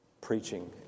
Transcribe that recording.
preaching